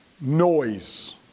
Noise